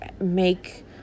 make